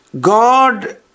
God